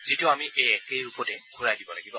যিটো আমি এই একে ৰূপতে ঘূৰাই দিব লাগিব